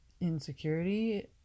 insecurity